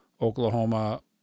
Oklahoma